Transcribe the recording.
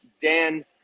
Dan